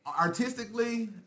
artistically